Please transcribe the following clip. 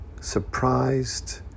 surprised